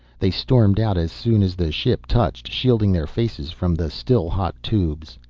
they stormed out as soon as the ship touched, shielding their faces from the still-hot tubes.